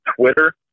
Twitter